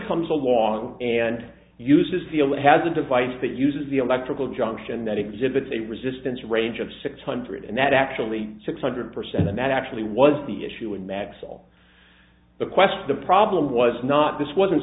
comes along and uses feel it has a device that uses the electrical junction that exhibits a resistance range of six hundred and that actually six hundred percent and that actually was the issue in macs all the quests the problem was not this wasn't